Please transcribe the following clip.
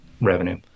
revenue